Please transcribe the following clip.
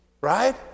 Right